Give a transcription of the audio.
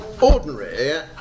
ordinary